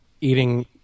eating